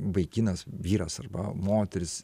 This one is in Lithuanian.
vaikinas vyras arba moteris